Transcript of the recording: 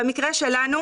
במקרה שלנו,